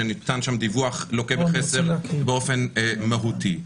כשניתן שם דיווח לוקה בחסר באופן מהותי.